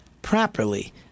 Properly